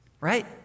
right